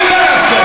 אני לא מאפשר.